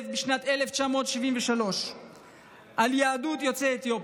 בשנת 1973 על יהדות יוצאי אתיופיה.